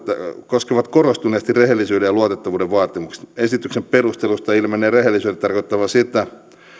koskevat korostuneesti rehellisyyden ja luotettavuuden vaatimukset esityksen perusteluista ilmenee rehellisyyden tarkoittavan sitä